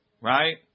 right